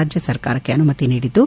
ರಾಜ್ಯ ಸರ್ಕಾರಕ್ಕೆ ಅನುಮತಿ ನೀಡಿದ್ದು